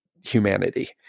humanity